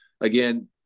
again